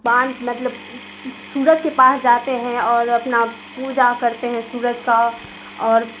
bond مطلب سورج کے پاس جاتے ہیں اور اپنا پوجا کرتے ہیں سورج کا اور